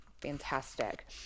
fantastic